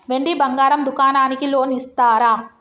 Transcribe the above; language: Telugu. వెండి బంగారం దుకాణానికి లోన్ ఇస్తారా?